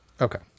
Okay